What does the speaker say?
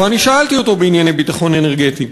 ואני שאלתי אותו בענייני ביטחון אנרגטי.